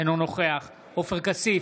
אינו נוכח עופר כסיף,